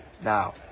now